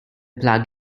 plug